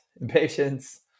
impatience